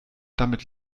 damit